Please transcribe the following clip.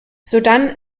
sodann